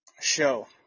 show